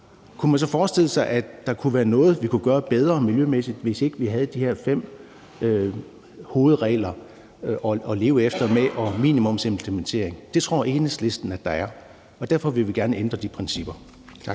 Kunne man så forestille sig, at der kunne være noget, vi kunne gøre bedre miljømæssigt, hvis ikke vi havde de her fem hovedregler at leve efter med minimumsimplementering? Det tror Enhedslisten der er, og derfor vil vi gerne ændre de principper. Tak.